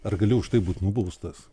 ar gali už tai būt nubaustas